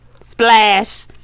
Splash